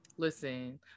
Listen